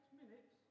minutes